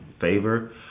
favor